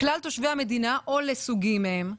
לכלל תושבי המדינה או לסוגים מהם,